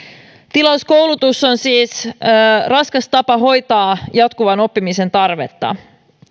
tilauskoulutus on siis raskas tapa hoitaa jatkuvan oppimisen tarvetta